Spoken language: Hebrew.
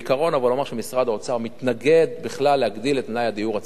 אבל הוא אמר שמשרד האוצר מתנגד בכלל להגדלת מלאי הדיור הציבורי,